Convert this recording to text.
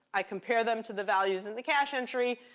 i compare them to the values in the cache entry.